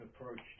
approached